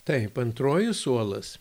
taip antroji suolas